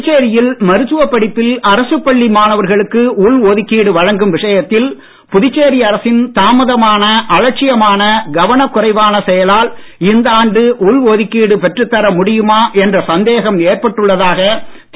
புதுச்சேரியில் மருத்துவ படிப்பில் அரசுப்பள்ளி மாணவர்களுக்கு உள் ஒதுக்கீடு வழங்கும் விஷயத்தில் புதுச்சேரி அரசின் தாமதமான அலட்சியமான கவனக்குறைவான செயலால் இந்த ஆண்டு உள் ஒதுக்கீடு பெற்றுத்தா ஏற்பட்டுள்ளதுஎன்றுதி